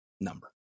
number